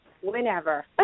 Whenever